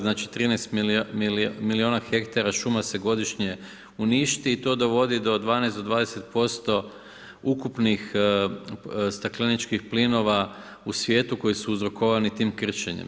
Znači 13 milijuna hektara šuma se godišnje uništi i to dovodi od 12 do 20% ukupnih stakleničkih plinova u svijetu koji su uzrokovani tim krčenjem.